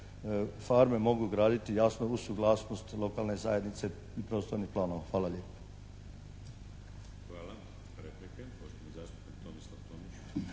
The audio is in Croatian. farme mogu graditi jasno uz suglasnost lokalne zajednice i prostornih planova. Hvala lijepa.